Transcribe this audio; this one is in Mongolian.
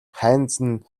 хайнзан